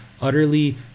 utterly